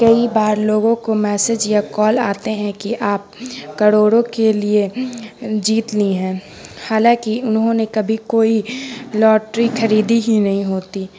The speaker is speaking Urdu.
کئی بار لوگوں کو میسج یا کال آتے ہیں کہ آپ کروڑوں کے لیے جیت لی ہیں حالانکہ انہوں نے کبھی کوئی لاٹری خریدی ہی نہیں ہوتی